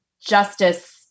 justice